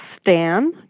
stan